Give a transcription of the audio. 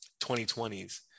2020s